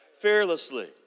Fearlessly